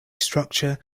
structure